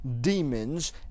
demons